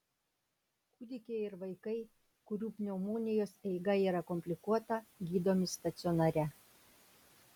kūdikiai ir vaikai kurių pneumonijos eiga yra komplikuota gydomi stacionare